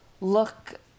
look